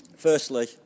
Firstly